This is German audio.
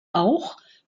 auch